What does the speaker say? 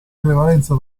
prevalenza